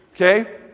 Okay